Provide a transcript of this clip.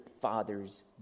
fathers